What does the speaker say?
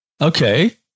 Okay